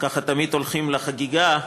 תמיד הולכים לחגיגה,